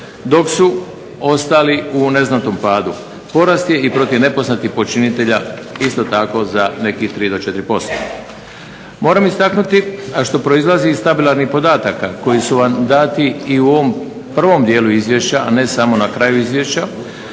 dok su ostali u neznatnom padu. Porast je i protiv nepoznatih počinitelja za nekih 3 do 4%. Moram istaknuti a što proizlazi iz tabelarnih podataka koji su vam dati i u ovom prvom dijelu izvješća a ne samo na kraju Izvješća